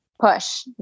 push